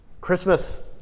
Christmas